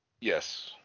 Yes